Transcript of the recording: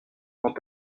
quand